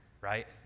right